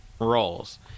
roles